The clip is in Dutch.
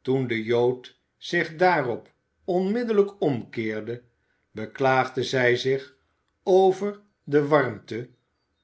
toen de jood zich daarop onmiddellijk omkeerde beklaagde zij zich over de warmte